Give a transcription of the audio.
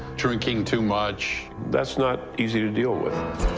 drinking too much. that's not easy to deal with.